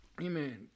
Amen